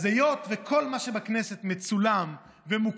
אז היות שכל מה שבכנסת מצולם ומוקלט